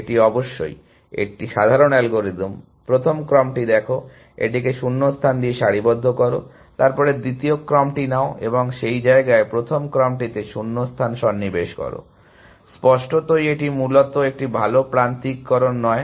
এটি অবশ্যই একটি সাধারণ অ্যালগরিদম প্রথম ক্রমটি দেখো এটিকে শূন্যস্থান দিয়ে সারিবদ্ধ করো তারপরে দ্বিতীয় ক্রমটি নাও এবং সেই জায়গায় প্রথম ক্রমটিতে শূন্যস্থান সন্নিবেশ করো স্পষ্টতই এটি মূলত একটি ভাল প্রান্তিককরণ নয়